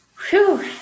whew